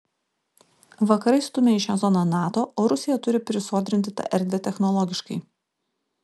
vakarai stumia į šią zoną nato o rusija turi prisodrinti tą erdvę technologiškai